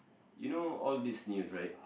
you know all these news right